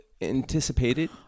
anticipated